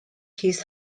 his